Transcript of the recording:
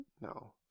No